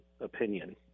opinion